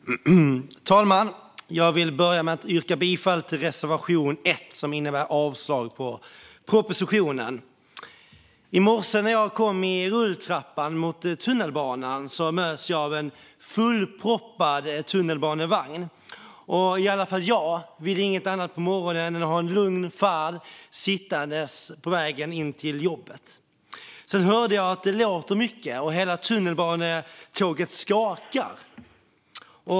Fru talman! Jag vill börja med att yrka bifall till reservation 1, vilket innebär avslag på propositionen. I morse när jag kom i rulltrappan mot tunnelbanan möts jag av en fullproppad tunnelbanevagn. I alla fall jag vill inget annat på morgonen än att ha en lugn färd sittandes på vägen till jobbet. Sedan hör jag att det låter mycket, och hela tunnelbanetåget skakar.